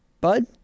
Bud